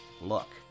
look